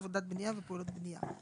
עבודת בנייה ופעולות בנייה.